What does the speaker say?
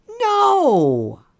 no